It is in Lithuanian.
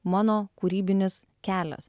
mano kūrybinis kelias